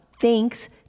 thanks